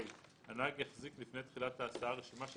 הנהג יחזיק לפני תחילת ההסעה רשימה של